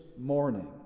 morning